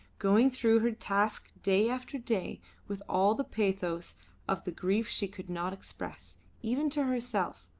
going through her task day after day with all the pathos of the grief she could not express, even to herself,